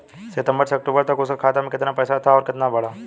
सितंबर से अक्टूबर तक उसका खाता में कीतना पेसा था और कीतना बड़ा?